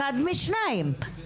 אחד משניים.